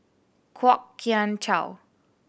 Kwok Kian Chow